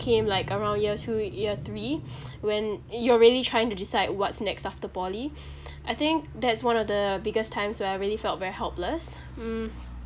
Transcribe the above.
came like around year two year three when you're really trying to decide what's next after poly I think that's one of the biggest times when I really felt very helpless mm